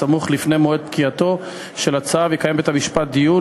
בסמוך לפני מועד פקיעתו של הצו יקיים בית-המשפט דיון